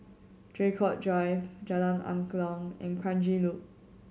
Draycott Drive Jalan Angklong and Kranji Loop